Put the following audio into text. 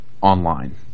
Online